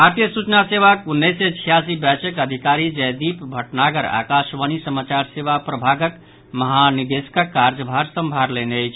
भारतीय सूचना सेवाक उन्नैस सय छियासी बैचक अधिकारी जयदीप भटनागर आकशवाणी समाचार सेवा प्रभागक महानिदेशकक कार्यभार संभारलनि अछि